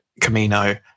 Camino